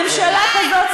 ממשלה כזאת,